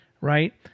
Right